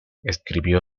escribió